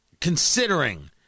considering